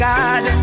God